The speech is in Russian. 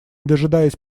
дожидаясь